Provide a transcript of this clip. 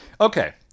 Okay